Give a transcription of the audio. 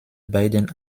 beiden